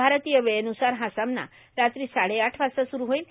भारतीय वेळेन्सार हा सामना रात्री साडेआठ वाजता सुरू होईल